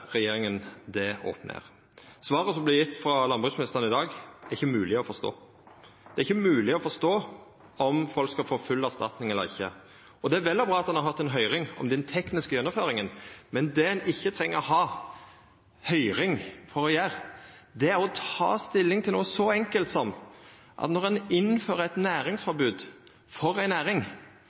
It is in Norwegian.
regjeringa det opp ned. Svaret som vart gjeve av landbruksministeren i dag, er ikkje mogleg å forstå. Det er ikkje mogleg å forstå om folk skal få full erstatning eller ikkje. Det er vel og bra at ein har hatt ei høyring om den tekniske gjennomføringa, men det ein ikkje treng å ha høyring om, er for å ta stilling til noko så enkelt når ein innfører eit næringsforbod for ei næring.